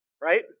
right